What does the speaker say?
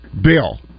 Bill